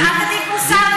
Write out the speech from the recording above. אז אל תטיף מוסר,